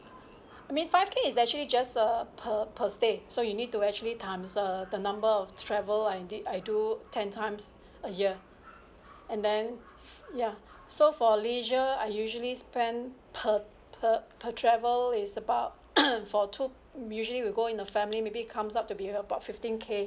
I mean five K is actually just uh per per stay so you need to actually times err the number of travel I did I do ten times a year and then ya so for leisure I usually spend per per per travel is about for two usually we go in a family maybe comes up to be about fifteen K